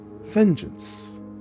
Vengeance